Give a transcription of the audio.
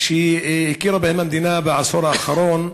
שהכירה בהם המדינה בעשור האחרון,